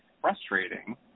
frustrating